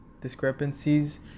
discrepancies